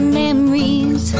memories